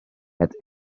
het